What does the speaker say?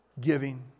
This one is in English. giving